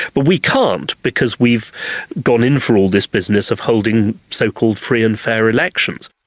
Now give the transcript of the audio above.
but we can't because we've gone in for all this business of holding so-called free and fair elections.